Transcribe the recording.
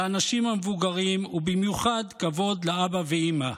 לאנשים המבוגרים, ובמיוחד כבוד לאבא ואימא,